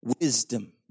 Wisdom